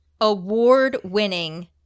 award-winning